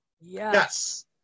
yes